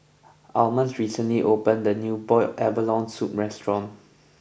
Almus recently opened a new Boiled Abalone Soup restaurant